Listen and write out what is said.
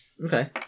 Okay